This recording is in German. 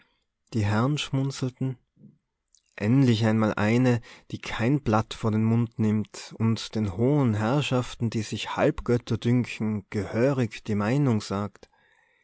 die herren schmunzelten endlich einmal eine die kein blatt vor den mund nimmt und den hohen herrschaften die sich halbgötter dünken gehörig die meinung sagt